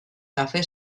kafe